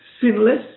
sinless